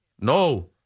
No